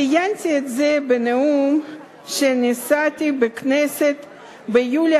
ציינתי את זה בנאום שנשאתי בכנסת ביולי